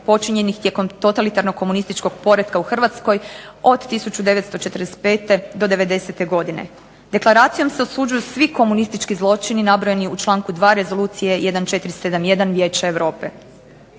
počinjenih tijekom totalitarnog komunističkog poretka u Hrvatskoj od 1945. do '90-te godine. Deklaracijom se osuđuju svi komunistički zločini nabrojani u članku 2. Rezolucije 1471 Vijeća Europe.